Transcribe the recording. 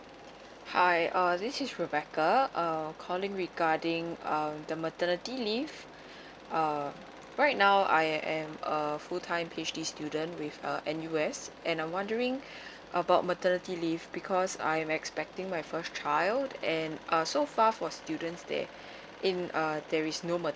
hi uh this is rebecca uh calling regarding um the maternity leave uh right now I am a full time P_H_D student with uh N_U_S and I wondering about maternity leave because I'm expecting my first child and uh so far for students there in uh there is rumour